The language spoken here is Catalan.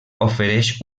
ofereix